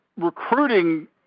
Recruiting